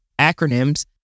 acronyms